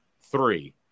Three